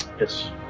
Yes